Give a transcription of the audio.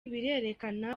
birerekana